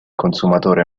consumatore